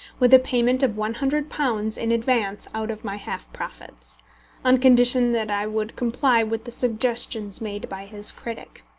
with a payment of one hundred pounds in advance out of my half-profits on condition that i would comply with the suggestions made by his critic.